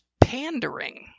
pandering